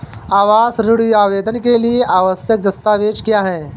आवास ऋण आवेदन के लिए आवश्यक दस्तावेज़ क्या हैं?